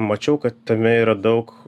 mačiau kad tame yra daug